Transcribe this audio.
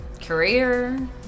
career